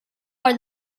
are